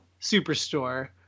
Superstore